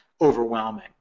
overwhelming